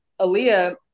Aaliyah